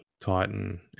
Titan